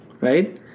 right